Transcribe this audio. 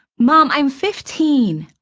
mom, i'm fifteen!